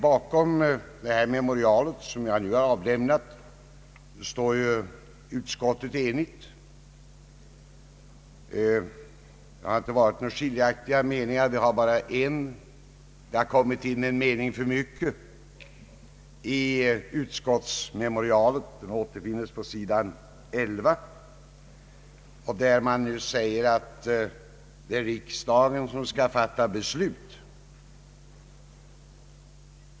Bakom det memorial som avlämnats står utskottet enigt, så när som på att det enligt vår mening har kommit in några ord för mycket på sidan 11, där det sägs att det är riksdagen som skall fatta beslut.